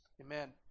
Amen